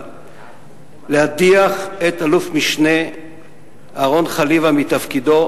להדיח את אלוף-משנה אהרן חליוה מתפקידו.